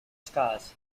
scarce